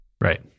right